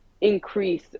increase